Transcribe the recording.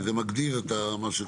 כי זה מגדיר את מה שקראנו.